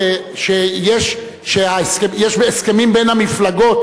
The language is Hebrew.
שיש הסכמים בין המפלגות.